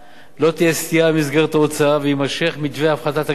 לא תהיה סטייה ממסגרת ההוצאה ויימשך מתווה הפחתת הגירעון.